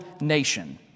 nation